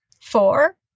Four